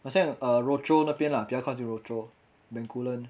好像 rochor 那边啦比较靠近 rochor bencoolen